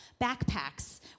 backpacks